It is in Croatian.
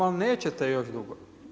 Ali nećete još dugo.